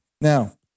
Now